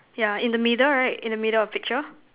yeah in the middle right in the middle of picture